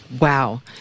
Wow